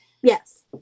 Yes